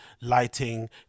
lighting